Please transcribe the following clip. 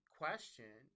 question